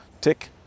tick